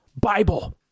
Bible